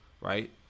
right